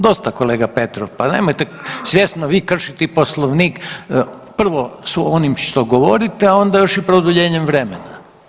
Dosta, kolega Petrov, pa nemojte svjesno vi kršiti Poslovnik, prvo su onim što govorite, a onda još i produljenjem vremena.